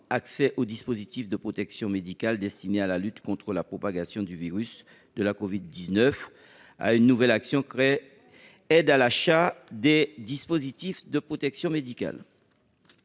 Accès aux dispositifs de protection médicale destinés à la lutte contre la propagation du virus de la covid 19 », où figurerait une action intitulée « Aide à l’achat des dispositifs de protection médicale